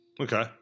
Okay